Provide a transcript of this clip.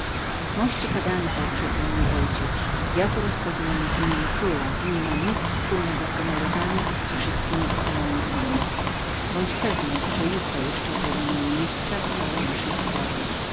mości kadenzakadanza przerwał mój ojciec ja tu rozkazuję w imieniu króla i niemam nic wspólnego z gomelezami i wszystkiemi ich tajemnicami bądź pewnym że jutro jeszcze uwiadomię ministra o całej naszej